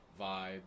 vibe